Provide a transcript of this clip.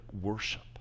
worship